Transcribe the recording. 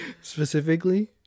Specifically